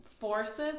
forces